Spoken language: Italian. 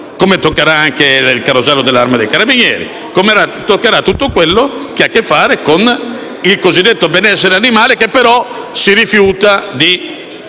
sorte toccherà anche al carosello dell'Arma dei carabinieri e a tutto quello che ha a che fare con il cosiddetto benessere animale che, però, ci si rifiuta di